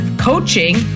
coaching